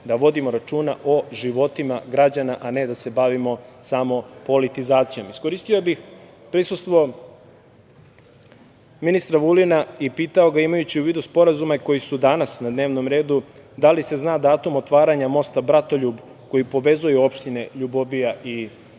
da vodimo računa o životima građana a ne da se bavimo samo politizacijom. Iskoristio bih prisustvo ministra Vulina i pitao ga, imajući u vidu sporazume koji su danas na dnevnom redu, da li se zna datum otvaranja mosta Bratoljub, koji povezuje opštine Ljubovija i